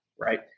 Right